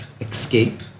escape